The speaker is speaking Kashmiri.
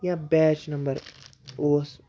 یا بیچ نمبر اوس